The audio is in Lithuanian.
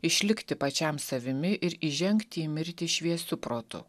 išlikti pačiam savimi ir įžengti į mirtį šviesiu protu